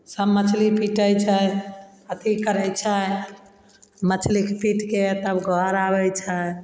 सब मछली पीटय छै अथी करय छै मछलीके पीटके तब घर आबय छै